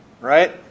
right